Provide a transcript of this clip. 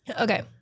Okay